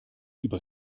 über